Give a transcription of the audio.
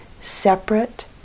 separate